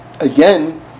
again